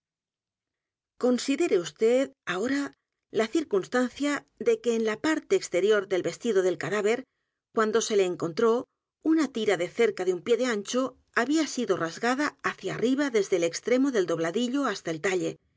considere vd ahora la circunstancia de que en la parte exterior del vestido del cadáver cuando se le encontró una tira de cerca de un pie de ancho había sido r a s g a d a hacia arriba desde el extremo del dobladillo hasta el talle